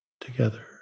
together